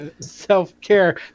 self-care